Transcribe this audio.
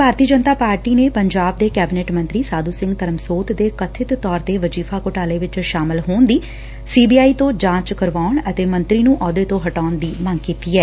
ਭਾਰਤੀ Janata party ਨੇ ਪੰਜਾਬ ਦੇ cabinet ਮੰਤਰੀ ਸਾਧੁ ਸਿੰਘ ਧਰਮਸੋਤ ਦੇ ਕਬਿਤ ਤੌਰ ਤੇ ਵਜ਼ੀਫ਼ਾ ਘੁਟਾਲੇ ਵਿਚ ਸ਼ਾਮਲ ਹੋਣ ਦੀ ਸੀ ਬੀ ਆਈ ਤੋਂ ਜਾਂਚ ਕਰਾਉਣ ਅਤੇ ਮੰਤਰੀ ਨੁੰ ਅਹੁੱਦੇ ਤੋਂ ਹਟਾਉਣ ਦੀ ਮੰਗ ਕੀਤੀ ਐ